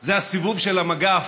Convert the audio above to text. זה הסיבוב של המגף,